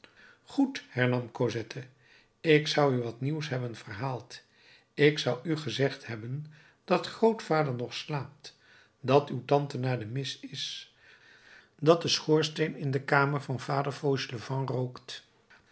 goed hernam cosette ik zou u wat nieuws hebben verhaald ik zou u gezegd hebben dat grootvader nog slaapt dat uw tante naar de mis is dat de schoorsteen in de kamer van vader fauchelevent rookt